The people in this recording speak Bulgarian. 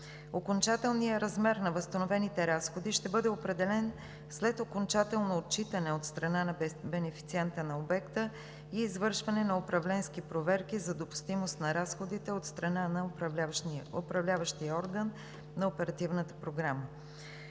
Окончателният размер на възстановените разходи ще бъде определен след окончателно отчитане от страна на бенефициента на обекта и извършване на управленски проверки за допустимост на разходите от страна на управляващия орган на Оперативната програма.